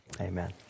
amen